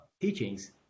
teachings